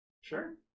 Sure